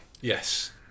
Yes